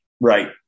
Right